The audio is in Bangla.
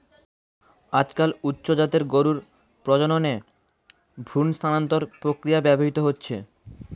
আজকাল উচ্চ জাতের গরুর প্রজননে ভ্রূণ স্থানান্তর প্রক্রিয়া ব্যবহৃত হচ্ছে